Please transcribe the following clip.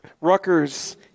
Rutgers